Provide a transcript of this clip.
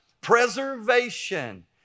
Preservation